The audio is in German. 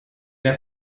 der